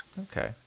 Okay